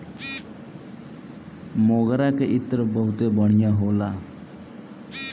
मोगरा के इत्र बहुते बढ़िया होला